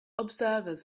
observers